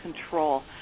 control